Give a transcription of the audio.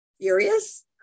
furious